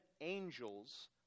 angels